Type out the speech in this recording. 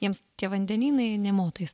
jiems tie vandenynai nė motais